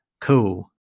cool